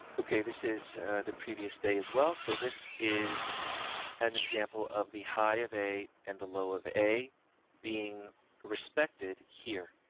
okay. this is the previous day as well. so this is an example of the high of a and the low of a being respected here.